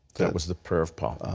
that was the prayer of paul. ah